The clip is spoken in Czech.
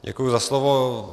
Děkuji za slovo.